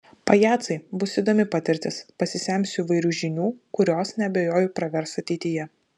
pajacai bus įdomi patirtis pasisemsiu įvairių žinių kurios neabejoju pravers ateityje